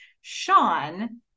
sean